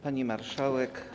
Pani Marszałek!